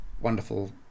wonderful